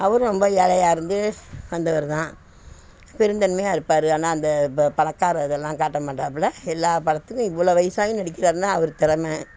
அவரும் ரொம்ப ஏழையாக இருந்து வந்தவர் தான் பெருந்தன்மையாக இருப்பார் ஆனால் அந்த பணக்கார இதெல்லாம் காட்டமாட்டாப்பில எல்லா படத்துக்கும் இவ்வளோ வயசாகியும் நடிக்கிறாருன்னா அவர் தெறமை